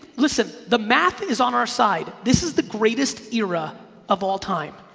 listen. the math is on our side, this is the greatest era of all time,